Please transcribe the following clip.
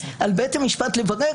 על בית המשפט לברר,